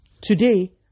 Today